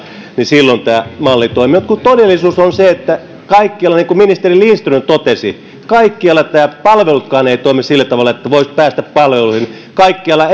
niin silloin tämä malli toimii mutta kun todellisuus on se että kaikkialla niin kuin ministeri lindström totesi kaikkialla nämä palvelutkaan eivät toimi sillä tavalla että voisi päästä palveluihin kaikkialla